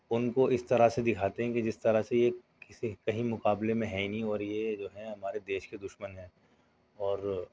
ان کو اس طرح سے دکھاتے ہیں کہ جس طرح سے یہ کسی کہیں مقابلے میں ہے نہیں اور یہ جو ہیں ہمارے دیش کے دشمن ہیں اور